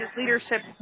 leadership